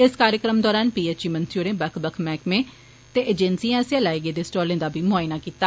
इस कार्यक्रम दौरान पीएचई मंत्री होरें बक्ख बक्ख मैह्कमें ते एजेंसिए आसेआ लाए गेदे स्टालें दा बी मुआईना कीता